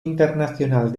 internacional